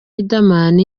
riderman